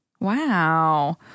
Wow